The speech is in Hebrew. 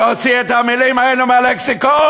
תוציא את המילים האלו מהלקסיקון.